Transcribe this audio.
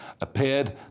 appeared